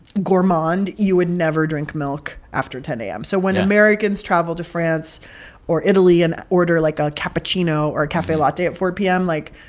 gourmand, you would never drink milk after ten a m yeah so when americans travel to france or italy and order, like, a cappuccino or a cafe latte at four p m, like,